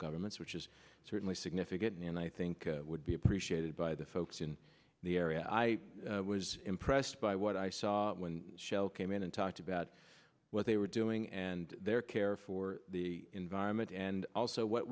governments which is certainly significant and i think would be appreciated by the folks in the area i was impressed by what i saw when shell came in and talked about what they were doing and their care for the environment and also what